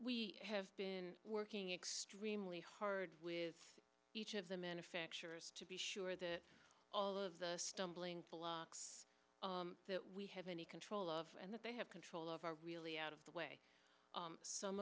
we have been working extremely hard with each of the manufacturers to be sure that all of the stumbling blocks that we have any control of and that they have control of are really out of the way some